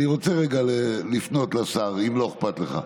אני רוצה רגע לפנות לשר, אם לא אכפת לך.